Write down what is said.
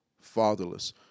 fatherless